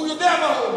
הוא יודע מה הוא אומר.